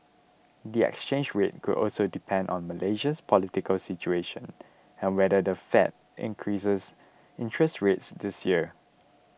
the exchange rate could also depend on Malaysia's political situation and whether the Fed increases interest rates this year